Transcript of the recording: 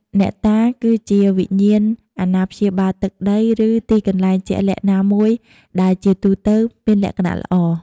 អ្នកតា គឺជាវិញ្ញាណអាណាព្យាបាលទឹកដី ឬទីកន្លែងជាក់លាក់ណាមួយ ដែលជាទូទៅមានលក្ខណៈល្អ។